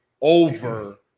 over